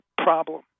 Problem